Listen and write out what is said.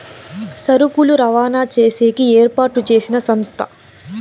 సరుకులు రవాణా చేసేకి ఏర్పాటు చేసిన సంస్థ